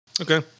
Okay